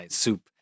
soup